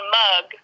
mug